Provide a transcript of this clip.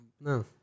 No